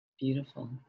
beautiful